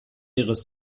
ihres